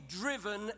driven